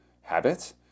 habits